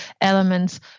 elements